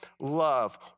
love